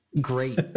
great